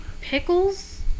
pickles